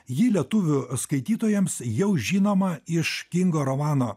jį lietuvių skaitytojams jau žinoma iš kingo romano